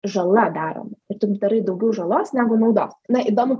žala daroma ir tu darai daugiau žalos negu naudos na įdomu